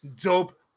dope